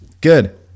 Good